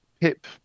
Pip